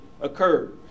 occurred